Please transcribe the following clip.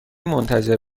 منتظر